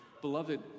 beloved